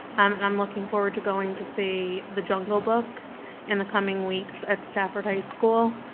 um and i'm looking forward to going to see the jungle book in the coming weeks, at stafford high school.